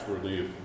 relief